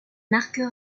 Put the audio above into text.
marquera